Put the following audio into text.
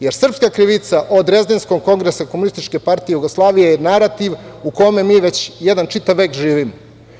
Jer, srpska krivica od Drezdenskog kongresa Komunističke partije Jugoslavije je narativ u kome mi već čitav jedan vek živimo.